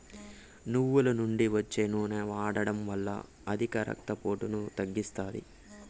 నువ్వుల నుండి వచ్చే నూనె వాడడం వల్ల అధిక రక్త పోటును తగ్గిస్తాది